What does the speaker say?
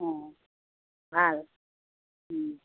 অঁ ভাল